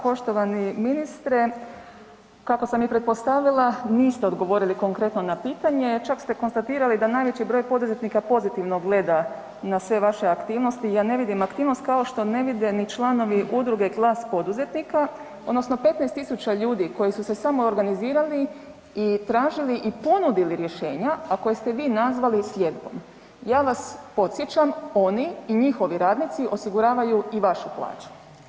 Poštovani ministre, kako sam i pretpostavila, niste odgovorili konkretno na pitanje, čak ste konstatirali da najveći je broj poduzetnika pozitivno gleda na sve vaše aktivnosti, ja ne vidim aktivnost kao što ne vide ni članove udruge Glas poduzetnika odnosno 15 000 ljudi koji su se samoorganizirali i tražili i ponudili rješenja a koje ste vi nazvali ... Ja vas podsjećam, oni i njihovi radnici osiguravaju i vašu plaću.